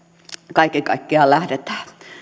kaiken kaikkiaan lähdetään